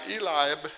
Eliab